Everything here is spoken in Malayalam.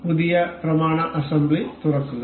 പുതിയ പ്രമാണ അസംബ്ലി തുറക്കുക